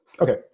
Okay